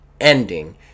ending